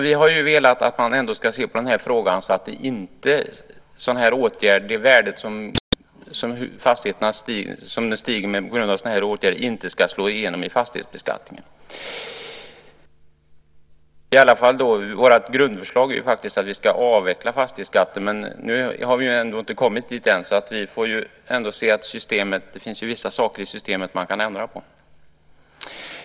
Vi har velat att värdestegringen på fastigheter på grund av sådana här åtgärder inte ska slå igenom i fastighetsbeskattningen. Vårt grundförslag är att vi ska avveckla fastighetsskatten. Nu har vi ännu inte kommit dithän, men det finns ändå vissa saker i systemet som man kan ändra på.